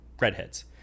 redheads